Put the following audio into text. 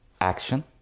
action